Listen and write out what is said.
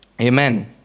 Amen